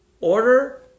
order